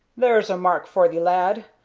there's a mark for thee lad,